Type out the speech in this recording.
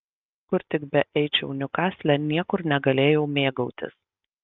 kur tik beeičiau niukasle niekur negalėjau mėgautis